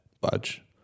budge